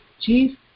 chief